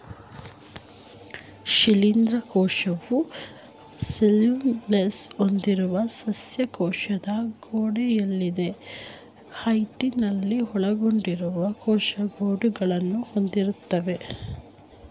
ಶಿಲೀಂಧ್ರ ಕೋಶವು ಸೆಲ್ಯುಲೋಸ್ ಹೊಂದಿರುವ ಸಸ್ಯ ಕೋಶದ ಗೋಡೆಅಲ್ಲದೇ ಕೈಟಿನನ್ನು ಒಳಗೊಂಡಿರುವ ಕೋಶ ಗೋಡೆಗಳನ್ನು ಹೊಂದಿರ್ತವೆ